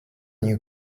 new